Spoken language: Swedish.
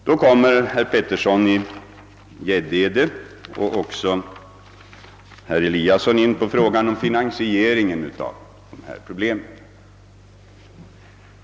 Så kommer herr Petersson och även herr Eliasson i Sundborn in på frågan om finansieringen.